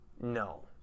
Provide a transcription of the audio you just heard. No